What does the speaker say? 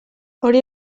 hori